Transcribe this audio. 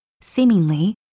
seemingly